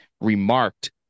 remarked